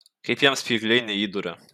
kaip jam spygliai neįduria